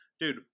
Dude